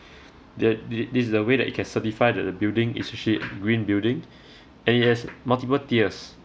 the the this is the way that it can certify the building especially green building and it has multiple tiers